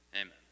Amen